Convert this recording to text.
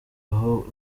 aho